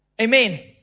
Amen